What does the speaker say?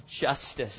justice